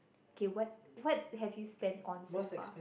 okay what what have you spent on so far